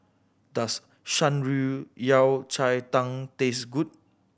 does Shan Rui Yao Cai Tang taste good